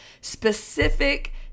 specific